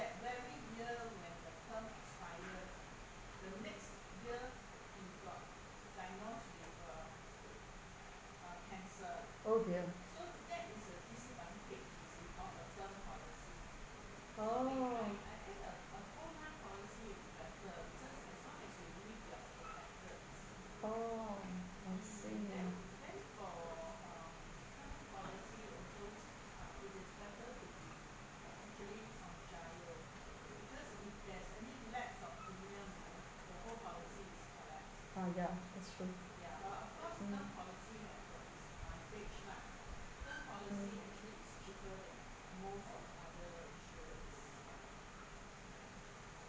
oh dear orh orh I see oh ya that's true mm mm